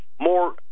more